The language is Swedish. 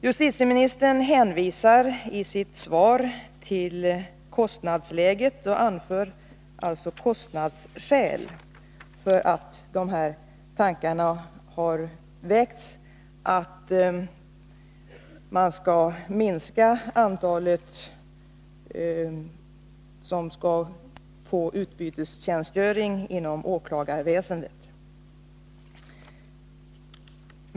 Justitieministern hänvisar i sitt svar till kostnadsläget. Han anför alltså kostnadsskäl för att tanken har väckts att man skall minska antalet personer som skall få utbytestjänstgöring inom åklagarväsendet.